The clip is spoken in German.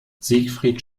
siegfried